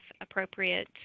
appropriate